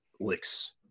licks